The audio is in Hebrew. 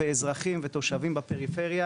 ואזרחים ותושבים בפריפריה,